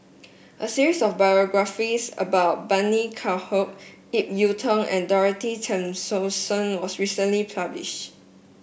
a series of Biographies about Bani Haykal Ip Yiu Tung and Dorothy Tessensohn was recently published